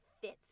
fits